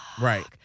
Right